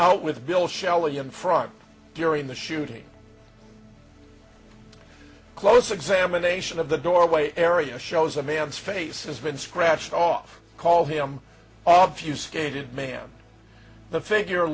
out with bill shelley in front during the shooting close examination of the doorway area shows a man's face has been scratched off call him off you skated man the figure